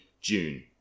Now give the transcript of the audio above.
June